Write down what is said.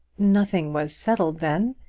nothing was settled then.